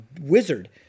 wizard